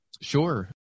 Sure